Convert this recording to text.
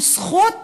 היא זכות